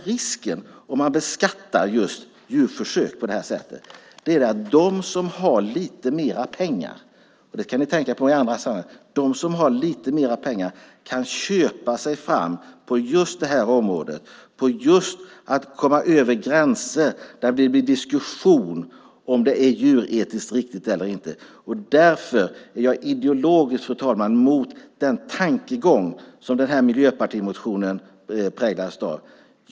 Risken om man beskattar djurförsök är att de som har lite mer pengar kan köpa sig fram på det här området och komma över gränser där det blir diskussion om det är djuretiskt riktigt eller inte. Därför är jag ideologiskt emot den tanke som den här miljöpartimotionen präglas av.